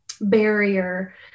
barrier